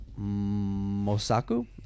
Mosaku